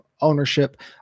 ownership